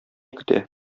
көтә